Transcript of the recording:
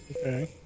Okay